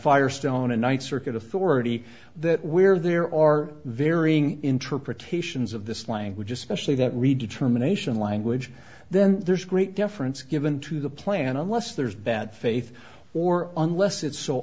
firestone and night circuit authority that where there are varying interpretations of this language especially that redetermination language then there is great deference given to the plan unless there's bad faith or unless it's so